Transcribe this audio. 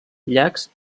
llacs